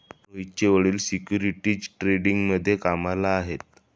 रोहितचे वडील सिक्युरिटीज ट्रेडिंगमध्ये कामाला आहेत